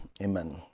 Amen